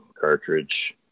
cartridge